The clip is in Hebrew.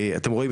אתם רואים,